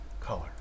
color